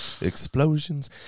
Explosions